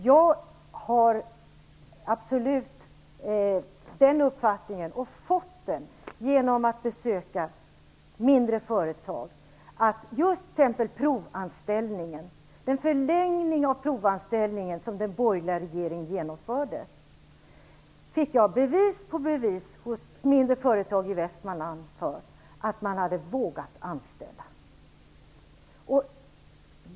Jag har absolut den uppfattningen, och har fått den genom att besöka mindre företag, att just den förlängning av provanställningen som den borgerliga regeringen genomförde har inneburit att man har vågat anställa. Det fick jag bevis för hos mindre företag i Västmanland.